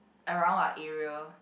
around our area